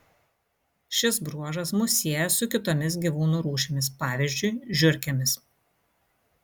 šis bruožas mus sieja su kitomis gyvūnų rūšimis pavyzdžiui žiurkėmis